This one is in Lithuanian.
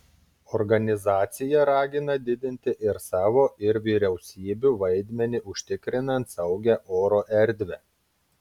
organizacija ragina didinti ir savo ir vyriausybių vaidmenį užtikrinant saugią oro erdvę